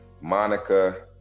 Monica